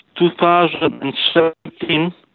2017